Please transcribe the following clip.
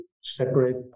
separate